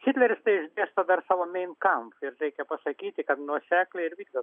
hitleris tai išdėsto dar savo main kamf ir reikia pasakyti kad nuosekliai ir vykdo